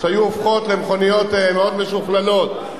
שהיו הופכות למכוניות מאוד משוכללות,